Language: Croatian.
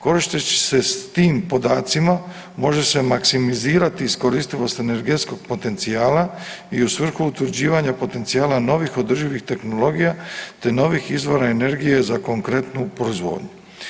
Koristeći se s tim podacima može se maksimizirati iskoristivost energetskog potencijala i u svrhu utvrđivanja potencijala novih održivih tehnologija, te novih izvora energije za konkretnu proizvodnju.